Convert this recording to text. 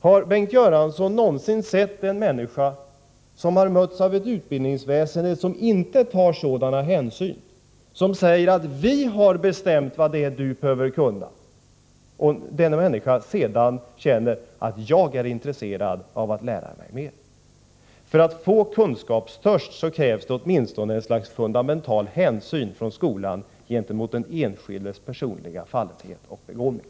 Har Bengt Göransson någonsin sett att en människa som har mötts av ett utbildningsväsende som inte tar sådana hänsyn — utan som säger: Vi har bestämt vad du behöver kunna — sedan känner sig intresserad av att lära sig mera? För att skolan skall kunna skapa en kunskapstörst krävs det ett slags fundamental hänsyn från skolan till den enskildes personliga fallenhet och begåvning.